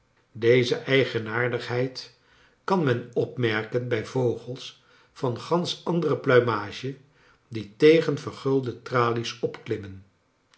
deze eigenaardigheid kan men opmerken bij vogels van gansch andere pluimage die tegen vergulde tralies opklimmen